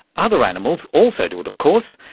other animals also do it of course,